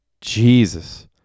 Jesus